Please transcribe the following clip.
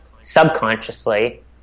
subconsciously